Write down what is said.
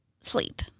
sleep